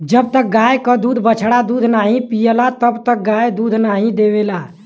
जब तक गाय क बछड़ा दूध नाहीं पियला तब तक गाय दूध नाहीं देवला